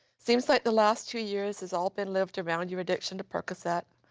seems like the last two years has all been lived around your addiction to percocet.